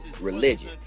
religion